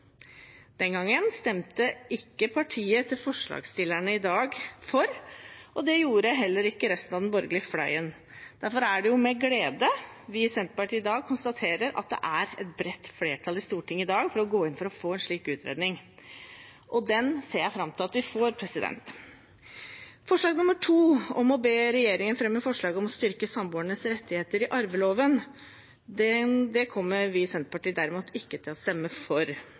Den gangen stemte ikke partiet til dagens forslagstillere for, og det gjorde heller ikke resten av den borgerlige fløyen. Derfor er det med glede vi i Senterpartiet i dag konstaterer at det er et bredt flertall i Stortinget for å gå inn for å få en slik utredning, og den ser jeg fram til at vi får. Forslag nr. 1, om å be regjeringen fremme forslag om å styrke samboeres rettigheter i arveloven, kommer vi i Senterpartiet derimot ikke til å stemme for,